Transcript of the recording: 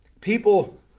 People